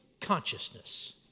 consciousness